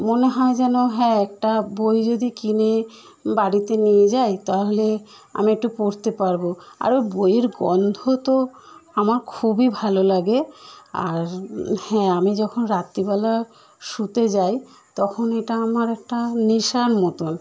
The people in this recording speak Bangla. মনে হয় যেন হ্যাঁ একটা বই যদি কিনে বাড়িতে নিয়ে যাই তাহলে আমি একটু পড়তে পারব আরও বইয়ের গন্ধ তো আমার খুবই ভালো লাগে আর হ্যাঁ আমি যখন রাত্রিবেলা শুতে যাই তখন এটা আমার একটা নেশার মতন